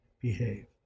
behave